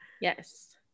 Yes